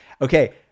Okay